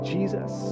Jesus